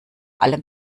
allem